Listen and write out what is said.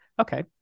okay